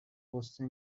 غصه